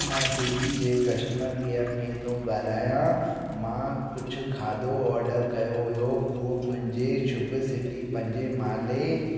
मां स्विगी जे customer care में थो ॻाल्हायां मां कुझु खाधो ऑडर कयो हुओ उहो मुंहिंजे शुभ सिटी पंजे माड़े